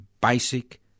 basic